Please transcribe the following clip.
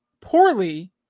poorly